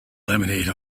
lemonade